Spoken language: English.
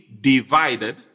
divided